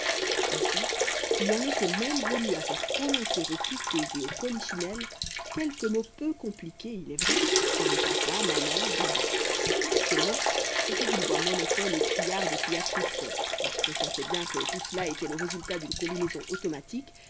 enfin il en était même venu à faire prononcer aux poupées et aux polichinelles quelques mots peu compliqués il est vrai comme papa maman dada seulement c'était d'une voix monotone et criarde qui attristait parce qu'on sentait bien que tout cela était le résultat d'une combinaison automatique